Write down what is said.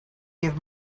give